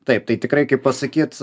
taip tai tikrai kaip pasakyt